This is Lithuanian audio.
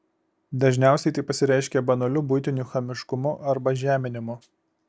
dažniausiai tai pasireiškia banaliu buitiniu chamiškumu arba žeminimu